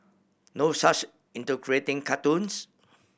no such into creating cartoons